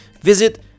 Visit